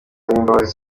uwimbabazi